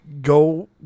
go